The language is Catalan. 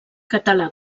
català